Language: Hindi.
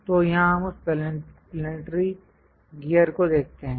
तो यहाँ हम उस प्लेनेटरी गियर को देखते हैं